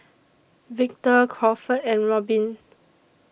Victor Crawford and Robin